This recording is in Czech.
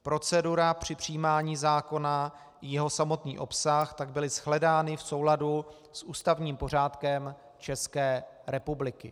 Procedura při přijímání zákona i jeho samotný obsah tak byly shledány v souladu s ústavním pořádkem České republiky.